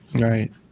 Right